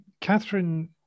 Catherine